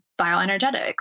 bioenergetics